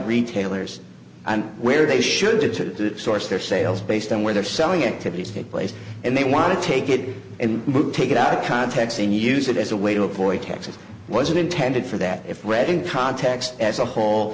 retailers and where they should do to source their sales based on where they're selling it to be a place and they want to take it and take it out of context and use it as a way to avoid taxes wasn't intended for that if read in context as a whole